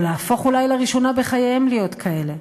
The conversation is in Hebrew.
או להפוך אולי לראשונה בחייהם להיות כאלה.